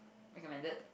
recommended